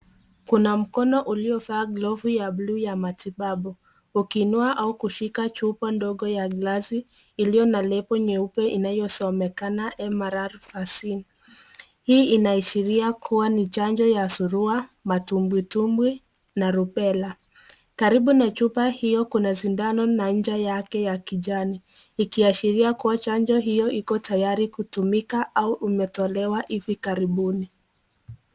Kuna mkono uliovaa glovuu ya bluu ya matibabu ukiinua au kushika chupa ndogo ya glasi iliyo na lebo nyeupe inayo somekana MRR Vaccine . Hii ina ashiria kua ni chanjo ya surua matumbwitumbwi na rupela. Karibu na chupa hiyo kuna sindano na ncha yake ya kijani, ikiiashiria chanjo hiyo iko karibu kutumika ama umetolewa hivi karibuni.